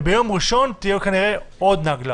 וביום ראשון תהיה כנראה עוד נגלה.